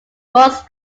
was